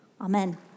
Amen